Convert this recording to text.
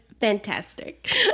Fantastic